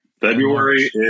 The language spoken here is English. February